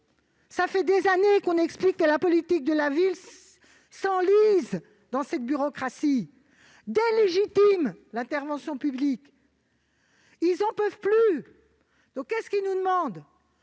: voilà des années qu'on explique que la politique de la ville s'enlise dans cette bureaucratie, délégitimant l'intervention publique. Ils n'en peuvent plus ! Aujourd'hui, ils nous demandent